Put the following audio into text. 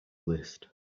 list